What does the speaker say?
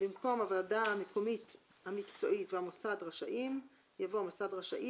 במקום "הוועדה המקומית המקצועית והמוסד רשאים" יבוא "המוסד רשאי"